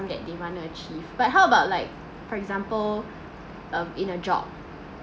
that they want to achieve but how about like for example um in a job